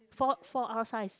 four four-R size